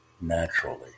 naturally